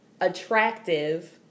attractive